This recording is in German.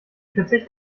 verzicht